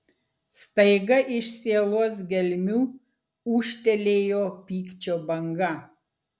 staiga iš sielos gelmių ūžtelėjo pykčio banga